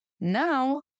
Now